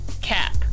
cap